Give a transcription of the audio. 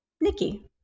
Nikki